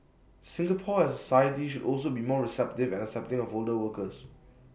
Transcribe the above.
Singapore as A society should also be more receptive and accepting of older workers